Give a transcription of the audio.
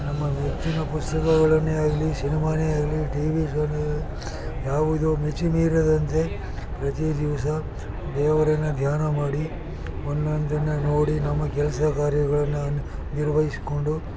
ನಮ್ಮ ಮೆಚ್ಚಿನ ಪುಸ್ತಕಗಳನ್ನೇ ಆಗಲಿ ಸಿನಿಮಾನೇ ಆಗಲಿ ಟಿವಿ ಶೋನೇ ಯಾವುದೂ ಮಿತಿ ಮೀರದಂತೆ ಪ್ರತಿ ದಿವಸ ದೇವರನ್ನು ಧ್ಯಾನ ಮಾಡಿ ಒಂದೊಂದನ್ನು ನೋಡಿ ನಮ್ಮ ಕೆಲಸ ಕಾರ್ಯಗಳನ್ನು ನಿರ್ವಹಿಸ್ಕೊಂಡು